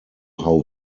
how